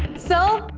so,